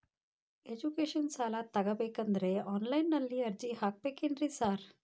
Education ಸಾಲ ತಗಬೇಕಂದ್ರೆ online ನಲ್ಲಿ ಅರ್ಜಿ ಹಾಕ್ಬೇಕೇನ್ರಿ ಸಾರ್?